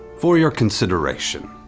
for your consideration,